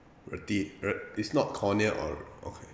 reti~ re~ it's not cornea or okay